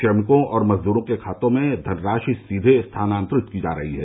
श्रमिकों और मजद्रों के खातों में धनराशि सीधे स्थानान्तरित की जा रही है